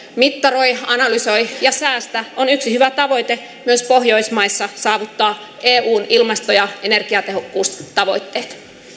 mittaroi analysoi ja säästä on yksi hyvä tavoite myös pohjoismaissa saavuttaa eun ilmasto ja energiatehokkuustavoitteet